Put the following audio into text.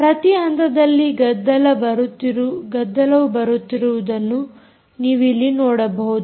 ಪ್ರತಿ ಹಂತದಲ್ಲಿ ಗದ್ದಲವು ಬರುತ್ತಿರುವುದನ್ನು ನೀವು ಇಲ್ಲಿ ನೋಡಬಹುದು